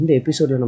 episode